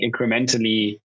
incrementally